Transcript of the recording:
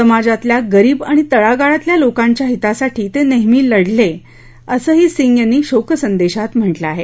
समाजातल्या गरीब आणि तळागाळातल्या लोकांच्या हितासाठी ते नेहमी लढले असंही सिंग यांनी शोकसंदेशात म्हटलं आहे